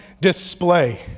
display